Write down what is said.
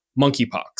monkeypox